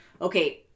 okay